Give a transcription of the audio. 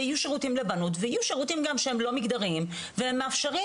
לבנות ויהיו גם שירותים שהם לא מגדריים והם מאפשרים